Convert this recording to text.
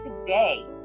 today